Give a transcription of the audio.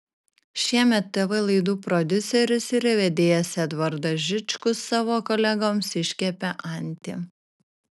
šiemet tv laidų prodiuseris ir vedėjas edvardas žičkus savo kolegoms iškepė antį